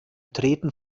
treten